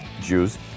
Jews